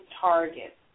target